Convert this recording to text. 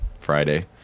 Friday